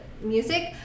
music